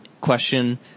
question